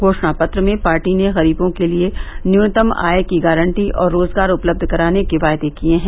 घोषणा पत्र में पार्टी ने गरीबों के लिए न्यूनतम आय की गारंटी और रोजगार उपलब्ध कराने के वायदे किए हैं